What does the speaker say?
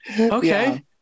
Okay